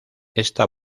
esta